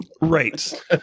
Right